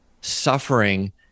suffering